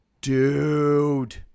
Dude